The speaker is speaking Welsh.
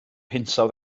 hinsawdd